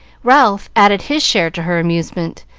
ralph added his share to her amusement,